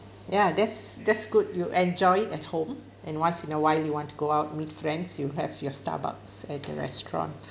ya that's that's good you enjoy it at home and once in a while you want to go out meet friends you have your Starbucks at the restaurant